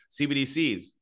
CBDCs